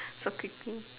so picky